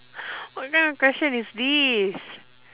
what kind of question is this